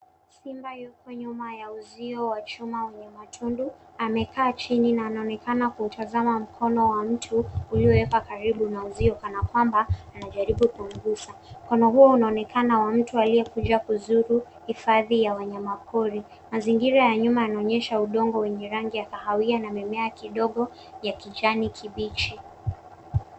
Simba yuko nyuma ya uzio wa chuma wenye matundu. Amekaa chini na anaonekana kuutazama mkono wa mtu, uliowekwa karibu na uzio kana kwamba anajaribu kumgusa. Mkono huo unaonekana wa mtu aliyekuja kuzuru hifadhi ya wanyama pori. Mazingira ya nyuma yanaonyesha udongo wenye rangi ya kahawia, na mimea kidogo ya kijani kibichi.